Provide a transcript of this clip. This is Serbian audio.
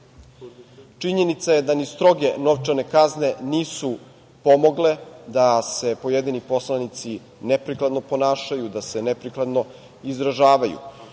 putu. Činjenica je da ni stroge novčane kazne nisu pomogle da se pojedini poslanici neprikladno ponašaju, da se neprikladno izražavaju.